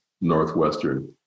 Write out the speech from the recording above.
Northwestern